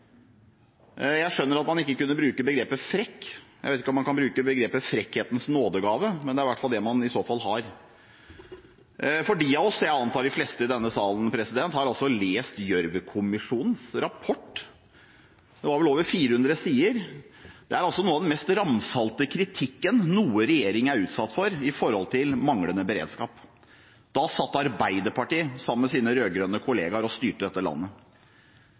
Jeg skjønner at man ikke kan bruke begrepet frekk, og jeg vet ikke om man kan bruke «frekkhetens nådegave», men det er iallfall det man i så fall har. Jeg antar de fleste i denne salen har lest Gjørv-kommisjonens rapport, den var vel på over 400 sider. Det er noe av den mest ramsalte kritikken noen regjering er utsatt for når det gjelder manglende beredskap. Da satt Arbeiderpartiet sammen med sine rød-grønne kolleger og styrte dette landet.